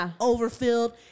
overfilled